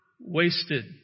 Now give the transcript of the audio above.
wasted